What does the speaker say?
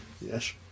yes